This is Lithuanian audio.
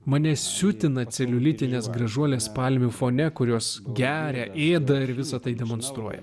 mane siutina celiulitu nes gražuolės palmių fone kurios geria ėda ir visa tai demonstruoja